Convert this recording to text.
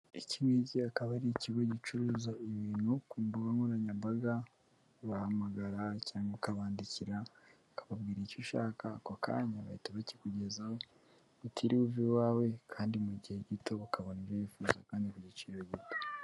Iki ngiki akaba ari ikigo gicuruza ibintu ku mbuga nkoranyambaga, ubahamagara cyangwa ukabandikira ukababwira icyo ushaka, ako kanya bagahita bakikugezaho, utiriwe uva iwawe, kandi mu gihe gito ukabona ibyo wifuza kandi ku igiciro gito.